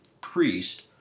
priest